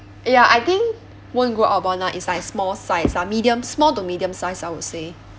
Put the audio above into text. ya I think won't grow up one lah is like small size ah medium small to medium size I would say